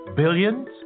Billions